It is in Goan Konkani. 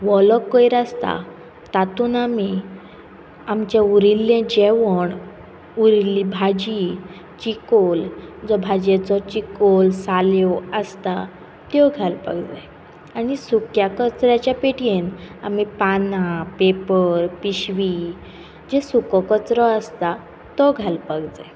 ओलो कोयर आसता तातून आमी आमचे उरिल्लें जेवण उरिल्ली भाजी चिकोल जो भाजयेचो चिकोल साल्यो आसता त्यो घालपाक जाय आनी सुक्या कचऱ्याच्या पेटयेन आमी पानां पेपर पिशवी जो सुको कचरो आसता तो घालपाक जाय